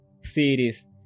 Series